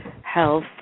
health